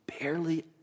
barely